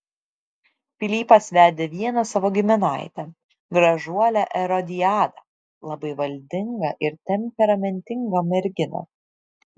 pilypas vedė vieną savo giminaitę gražuolę erodiadą labai valdingą ir temperamentingą merginą